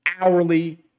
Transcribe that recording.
hourly